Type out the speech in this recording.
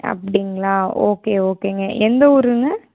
அப்படிங்களா ஓகே ஓகேங்க எந்த ஊருங்க